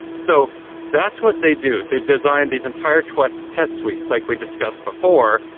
so that's what they do. they design these entire test test suites like we discussed before,